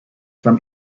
from